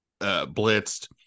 blitzed